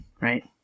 right